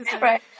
Right